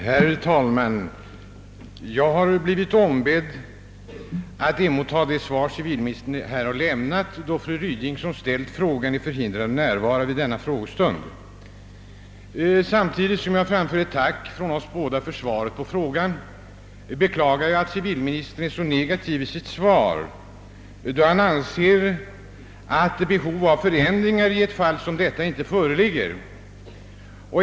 Herr talman! Jag har blivit ombedd att ta emot det svar som civilministern nu har lämnat, eftersom fru Ryding som ställt frågan är förhindrad att närvara vid denna frågestund. Samtidigt som jag framför ett tack från oss båda för svaret på frågan, beklagar jag att civilministern är så negativ i sitt svar och anser att något behov av förändringar i detta fall icke föreligger.